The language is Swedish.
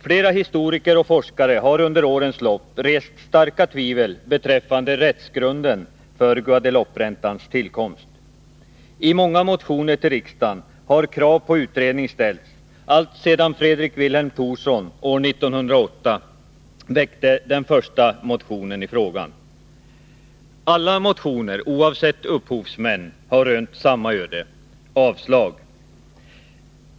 Flera historiker och forskare har under årens lopp rest starka tvivel beträffande rättsgrunden för Guadelouperäntans tillkomst. I många motioner till riksdagen har krav på utredning ställts, alltsedan Fredrik Vilhelm Thorsson år 1908 väckte den första motionen i frågan. Alla motioner — oavsett upphovsmän — har rönt samma öde: avslag.